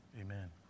Amen